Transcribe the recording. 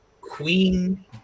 Queen